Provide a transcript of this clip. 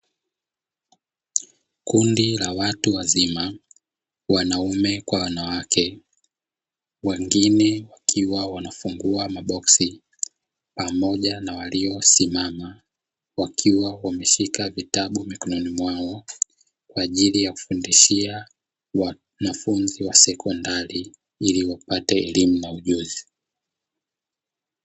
Kundi la watu wazima, wanaume kwa wanawake wengine, wakiwa wanafungua maboksi, pamoja na walimu wamesimama wakiwa wameshika vitabu mikononi mwao, kwa ajili ya kufundishia wanafunzi wa sekondari ili wapate elimu na ujuzi.